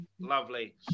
Lovely